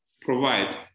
provide